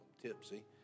tipsy